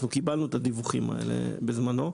קיבלנו את הדיווחים הללו בזמנו,